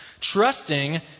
trusting